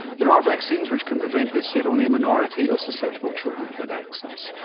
there are vaccines which can prevent this, yet only a minority of susceptible children have had access.